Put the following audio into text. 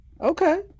Okay